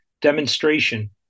demonstration